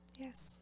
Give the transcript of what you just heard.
Yes